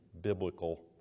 biblical